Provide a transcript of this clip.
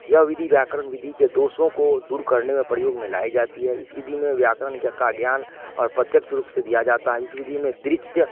यह विधि व्याकरण विधि के दोषों को दूर करने के परयोग में लाई जाती है इस विधि में व्याकरण का ज्ञान और प्रत्यक्ष रूप से दिया जाता है इस विधी में दृश्य